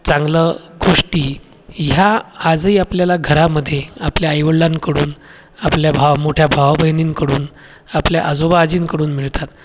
चांगलं गोष्टी ह्या आजही आपल्याला घरांमध्ये आपल्या आईवडलांकडून आपल्या भा मोठ्या भावाबहिणींकडून आपल्या आजोबा आजींकडून मिळतात